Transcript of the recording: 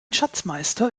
schatzmeister